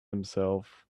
himself